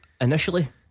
Initially